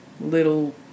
little